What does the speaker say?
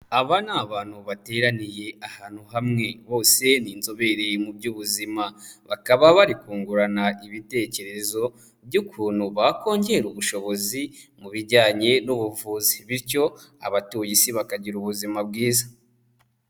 Aba ni abantu bateraniye ahantu hamwe, bose ni inzobere mu by'ubuzima, bakaba bari kungurana ibitekerezo by'ukuntu bakongera ubushobozi mu bijyanye n'ubuvuzi, bityo abatuye isi bakagira ubuzima bwiza.